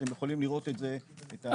אתם יכולים לראות את זה --- אגב,